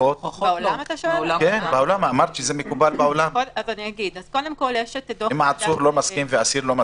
ולכן נמצא פה עו"ד